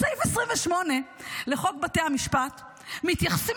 בסעיף 28 לחוק בתי המשפט מתייחסים